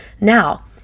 Now